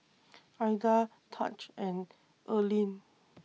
Aida Tahj and Erline